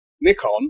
Nikon